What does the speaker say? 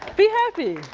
be happy,